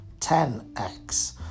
10X